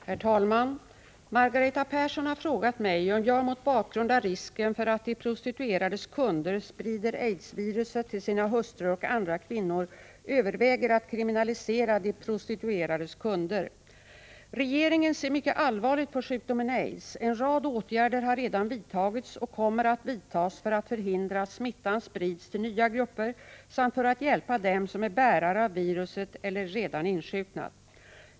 Herr talman! Margareta Persson har frågat mig om jag, mot bakgrund av risken för att de prostituerades kunder sprider AIDS-viruset till sina hustrur och andra kvinnor, överväger att kriminalisera de prostituerades kunder. Regeringen ser mycket allvarligt på sjukdomen AIDS. En rad åtgärder har redan vidtagits och kommer att vidtas för att förhindra att smittan sprids till nya grupper samt för att hjälpa dem som är bärare av viruset eller redan har insjunknat.